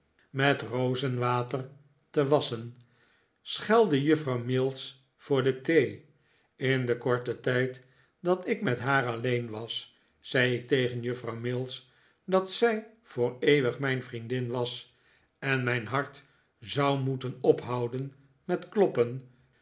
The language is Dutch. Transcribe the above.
met rozenwater te wasschen schelde juffrouw mills voor de thee in den korten tijd dat ik met haar alleen was zei ik tegen juffrouw mills dat zij voor eeuwig mijn vriendin was en mijn hart zou moeten ophouden met kloppen